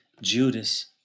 Judas